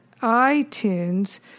iTunes